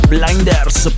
Blinders